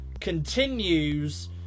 continues